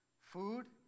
Food